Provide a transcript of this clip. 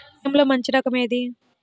బియ్యంలో మంచి రకం ఏది?